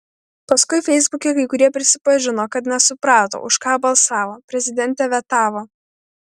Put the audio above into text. paskui feisbuke kai kurie prisipažino kad nesuprato už ką balsavo prezidentė vetavo